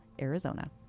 Arizona